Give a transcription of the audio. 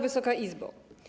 Wysoka Izbo!